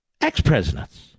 ex-presidents